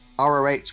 ROH